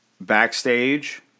backstage